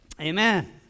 Amen